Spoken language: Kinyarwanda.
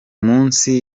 munsi